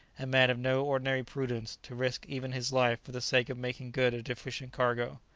a man of no ordinary prudence, to risk even his life for the sake of making good a deficient cargo.